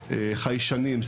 חיישנים,